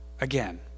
Again